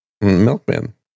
milkman